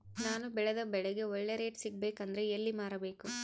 ನಾನು ಬೆಳೆದ ಬೆಳೆಗೆ ಒಳ್ಳೆ ರೇಟ್ ಸಿಗಬೇಕು ಅಂದ್ರೆ ಎಲ್ಲಿ ಮಾರಬೇಕು?